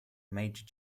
major